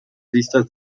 listas